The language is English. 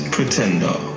Pretender